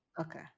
Okay